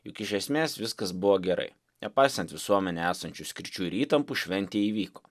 juk iš esmės viskas buvo gerai nepaisant visuomenėje esančių skirčių ir įtampų šventė įvyko